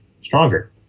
stronger